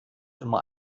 immer